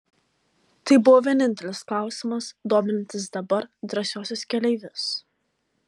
tai buvo vienintelis klausimas dominantis dabar drąsiuosius keleivius